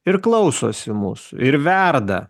ir klausosi mūsų ir verda